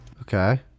okay